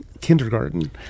kindergarten